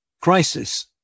crisis